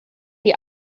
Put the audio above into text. die